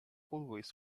always